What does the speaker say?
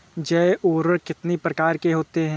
जैव उर्वरक कितनी प्रकार के होते हैं?